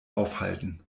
aufhalten